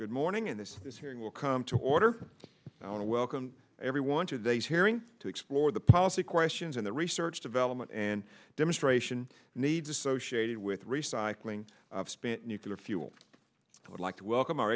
good morning and this this hearing will come to order and i want to welcome everyone to today's hearing to explore the policy questions in the research development and demonstration needs associated with recycling of spent nuclear fuel i would like to welcome our